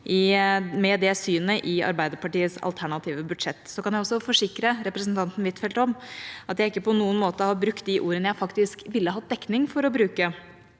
med det synet i Arbeiderpartiets alternative budsjett. Jeg kan også forsikre representanten Huitfeldt om at jeg ikke på noen måte har brukt de ordene jeg faktisk ville hatt dekning for å bruke